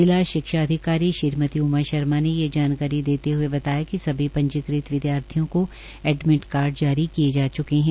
जिला शिक्षा अधिकारी श्रीमती उमा शर्मा ने यह जानकारी देते हुए बताया कि सभी पंजीकृत विद्यार्थियों को एडमिट कार्ड जारी किये जा च्के ह